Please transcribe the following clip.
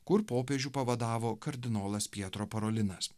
kur popiežių pavadavo kardinolas pietro porolinas